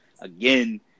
again